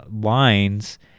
lines